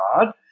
God